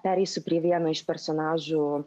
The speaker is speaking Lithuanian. pereisiu prie vieno iš personažų